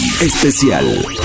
especial